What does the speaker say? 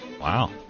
Wow